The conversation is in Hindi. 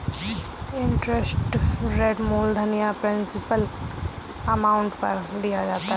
इंटरेस्ट रेट मूलधन या प्रिंसिपल अमाउंट पर दिया जाता है